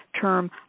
term